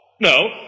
No